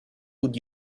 would